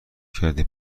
کردی